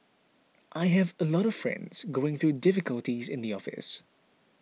I have a lot of friends going through difficulties in the office